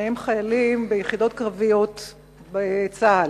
שניהם חיילים ביחידות קרביות בצה"ל.